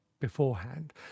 beforehand